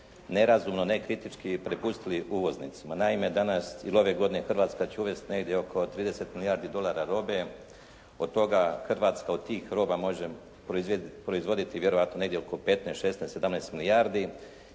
nerazumno, nekritički prepustili uvoznicima. Naime danas ili ove godine Hrvatska će uvesti negdje oko 30 milijardi dolara robe. Od toga Hrvatska od tih roba može proizvoditi vjerojatno negdje oko 15, 16, 17 milijardi